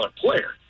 player